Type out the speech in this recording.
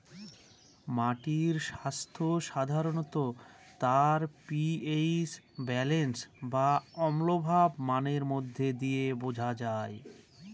মাটির স্বাস্থ্য সাধারনত তার পি.এইচ ব্যালেন্স বা অম্লভাব মানের মধ্যে দিয়ে বোঝা যায়